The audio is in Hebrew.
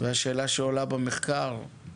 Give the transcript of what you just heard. השאלה שעולה במחקר היא: